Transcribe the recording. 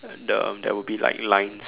the there will be like lines